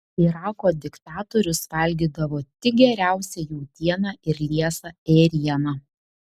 irako diktatorius valgydavo tik geriausią jautieną ir liesą ėrieną